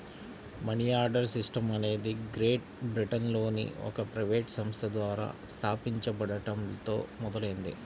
money order system అనేది Great బ్రిటన్లోని ఒక ప్రైవేట్ సంస్థ ద్వారా స్థాపించబడటంతో మొదలైంది